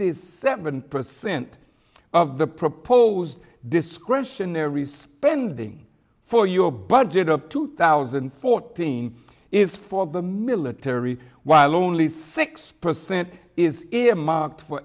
fifty seven percent of the proposed discretionary spending for your budget of two thousand and fourteen is for the military while only six percent is earmarked for